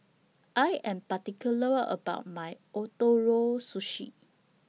I Am particular about My Ootoro Sushi